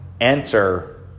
enter